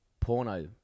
porno